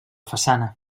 façana